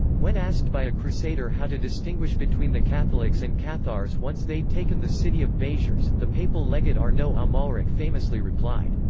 when asked by a crusader how to distinguish between the catholics and cathars once they'd taken the city of beziers, the papal legate arnaud ah amalric famously replied,